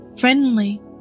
friendly